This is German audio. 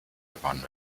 gewonnen